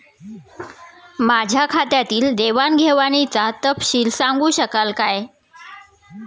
माझ्या खात्यातील देवाणघेवाणीचा तपशील सांगू शकाल काय?